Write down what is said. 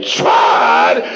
tried